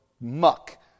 muck